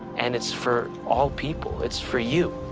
and it's for all people. it's for you!